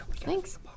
Thanks